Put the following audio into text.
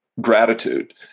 gratitude